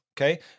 okay